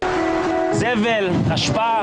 זה הולך ויורד עם השנים,